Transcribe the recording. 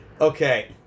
Okay